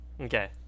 Okay